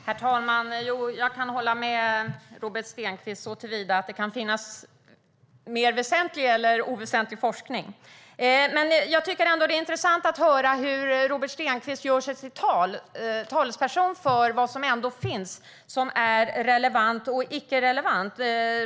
Herr ålderspresident! Jag kan hålla med Robert Stenkvist såtillvida att det kan finnas mer väsentlig eller oväsentlig forskning. Jag tycker ändå att det är intressant att höra hur Robert Stenkvist gör sig till talesperson för vad som ändå finns och vad som är relevant och icke relevant.